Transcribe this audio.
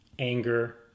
anger